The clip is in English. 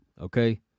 okay